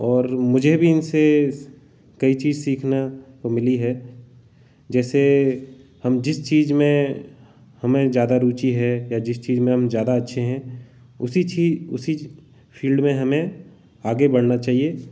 और मुझे भी इनसे कई चीज़ सीखना को मिली है जैसे हम जिस चीज़ में हमें ज्यादा रूचि है या जिस चीज़ में हम ज़्यादा अच्छे हैं उसी चीज़ फील्ड में हमें आगे बढ़ना चहिए